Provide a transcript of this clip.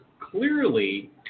clearly